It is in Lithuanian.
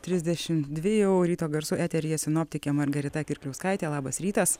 trisdešim dvi o ryto garsų eteryje sinoptikė margarita kirkliauskaitė labas rytas